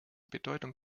bedeutung